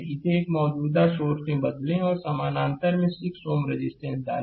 इसे एक मौजूदा सोर्स में बदलें और समानांतर में 6 Ω रेजिस्टेंस डालें